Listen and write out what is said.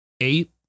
eight